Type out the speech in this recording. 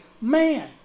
man